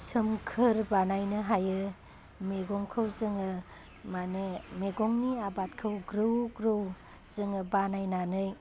सोमखोर बानायनो हायो मैगंखौ जोङो मानि मैगंनि आबादखौ ग्रौ ग्रौ जोङो बानायनानै